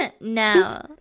No